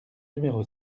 numéro